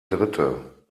dritte